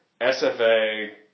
SFA